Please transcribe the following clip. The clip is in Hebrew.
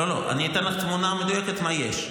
לא, אני אתן לך תמונה מדויקת מה יש.